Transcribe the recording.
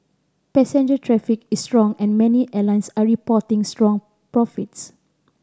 passenger traffic is strong and many airlines are reporting strong profits